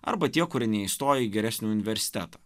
arba tie kurie neįstojo į geresnį universitetą